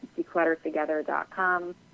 decluttertogether.com